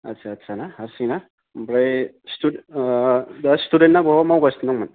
आथ्सा आथ्सा ना हारसिं ना ओमफ्राय दा स्टुडेन्ट ना बहाबा मावगासिनो दंमोन